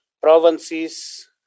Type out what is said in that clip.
provinces